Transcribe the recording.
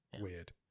weird